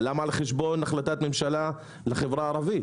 אבל למה על חשבון החלטת ממשלה לחברה הערבית?